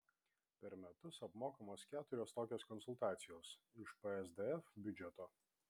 per metus apmokamos keturios tokios konsultacijos iš psdf biudžeto